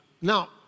Now